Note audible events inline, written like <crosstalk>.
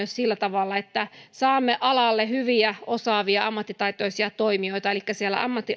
<unintelligible> sillä tavalla että saamme alalle hyviä osaavia ammattitaitoisia toimijoita elikkä sieltä